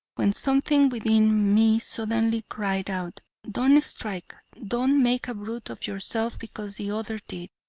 when something within me suddenly cried out don't strike. don't make a brute of yourself because the other did.